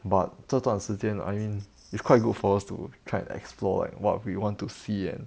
but 这段时间 I mean it's quite good for us to try and explore like what we want to see and